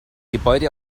gebäude